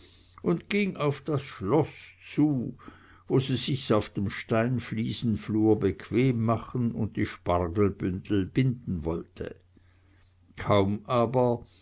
und ging auf das schloß zu wo sie sich's auf dem steinfliesenflur bequem machen und die spargelbündel binden wollte kaum aber